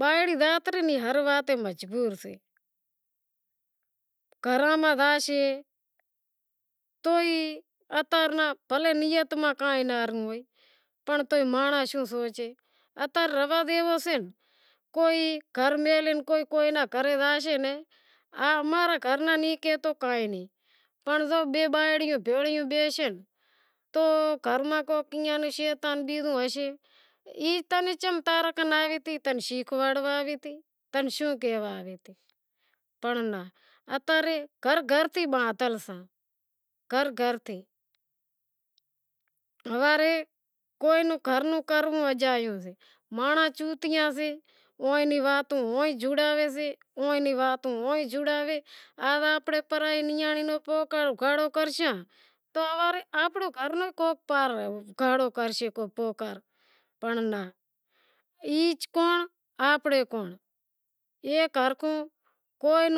بائڑی ذات ہر وات تے مجبور سے گھراں نیں زاشے اتا ری بھلاں نیت میں کائیں ناں ہوئے پنڑ تو ئے مانڑاں شوں سوچیں امارو رواج ایوو سے کوئی کے نی گھرے زائیسے ناں مارو گھر نیں کاہتو کائیں نیں، تو بئے بائڑیوں بھیگیں بیشیں تو گھر ماں کو کیئں شیطان بیزو ہوشے تنیں شوں کیہواڑیں پنڑ ناں اتارے گھر گھر تھیں ہوارے کوئی گھر روں کرووں اجایو سے مانڑوں چوتیا سے او واتوں جوڑاویں سی اووں آز آپڑے نیانڑی نو پڑ اگھاڑو کرشاں تو ہوارے آنپڑے گھر نو بھی کوئی